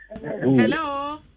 Hello